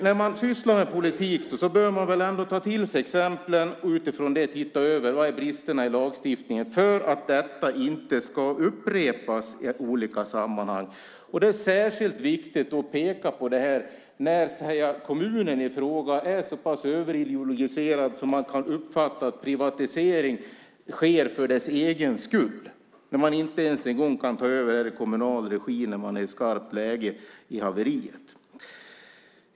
När man sysslar med politik bör man väl ändå ta till sig exemplen och utifrån det titta över vilka bristerna i lagstiftningen är så att detta inte ska upprepas i olika sammanhang. Det är särskilt viktigt att peka på detta när kommunen i fråga är så pass överideologiserad att man uppfattar att privatisering sker för dess egen skull och man inte ens en gång kan ta över i kommunal regi när man är i skarpt läge i haveriet.